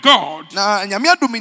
God